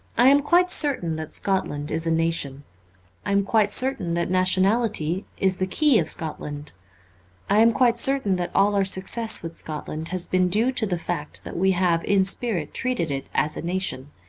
i am quite certain that scotland is a nation i am quite certain that nationality is the key of scotland i am quite certain that all our success with scotland has been due to the fact that we have in spirit treated it as a nation.